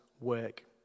work